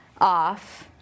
off